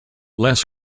less